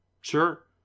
Sure